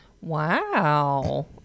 Wow